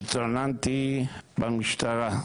התלוננתי במשטרה,